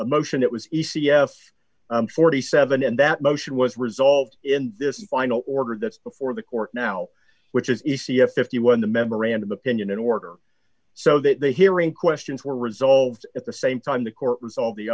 our motion it was e c s forty seven and that motion was resolved in this final order that's before the court now which is e c f fifty one the memorandum opinion in order so that the hearing questions were resolved at the same time the court resolve the